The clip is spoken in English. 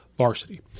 varsity